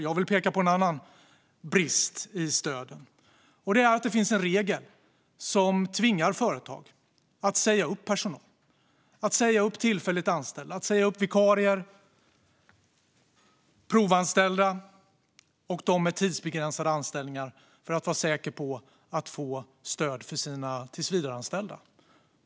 Jag ska peka på en annan brist i stöden, och det är att det finns en regel som tvingar företag att säga upp tillfälligt anställda, vikarier, provanställda och dem med tidsbegränsade anställningar för att företagen ska vara säkra på att få stöd för sina tillsvidareanställda.